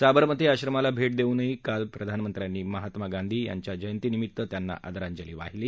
साबरमती आश्रमाला भेट देऊनही काल प्रधानमंत्र्यांनी महात्मा गांधींच्या जयंतीनिमित्त त्यांना आदरांजली वाहिली